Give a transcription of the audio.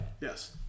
Yes